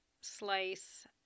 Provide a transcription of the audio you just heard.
slice